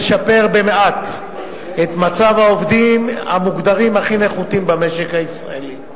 במעט את מצב העובדים המוגדרים הכי נחותים במשק הישראלי.